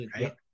right